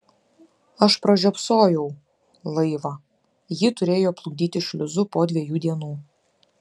aš pražiopsojau laivą jį turėjo plukdyti šliuzu po dviejų dienų